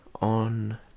on